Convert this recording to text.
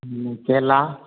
केला